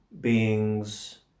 beings